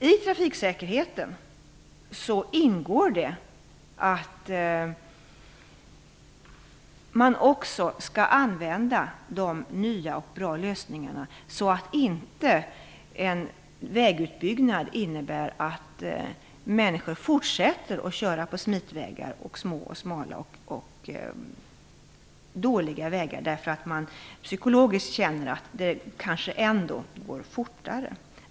I trafiksäkerheten ingår att man också skall använda de nya och bra lösningarna så att inte en vägutbyggnad innebär att människor fortsätter att köra på smitvägar, på smala och dåliga vägar därför att de psykologiskt känner att det kanske ändå går fortare.